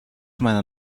meiner